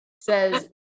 says